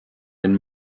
den